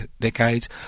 decades